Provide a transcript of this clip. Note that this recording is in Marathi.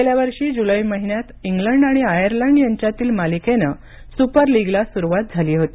गेल्या वर्षी जुलै महिन्यात इंग्लंड आणि आयर्लंड यांच्यातील मालिकेनं सुपर लीगला सुरुवात झाली होती